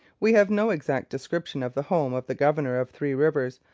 we have no exact description of the home of the governor of three rivers,